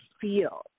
feel